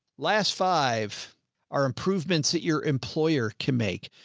last five are improvements that your employer can make.